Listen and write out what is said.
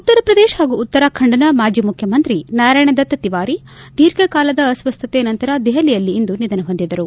ಉತ್ತರ ಪ್ರದೇಶ ಹಾಗೂ ಉತ್ತರಾಖಂಡ್ನ ಮಾಜಿ ಮುಖ್ಯಮಂತ್ರಿ ನಾರಾಯಣ ದತ್ತ ತಿವಾರಿ ದೀರ್ಘಕಾಲದ ಅಸ್ವಸ್ಥತೆ ನಂತರ ದೆಹಲಿಯಲ್ಲಿಂದು ನಿಧನ ಹೊಂದಿದರು